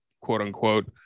quote-unquote